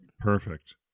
Perfect